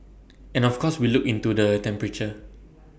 and of course we look into the temperature